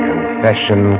Confession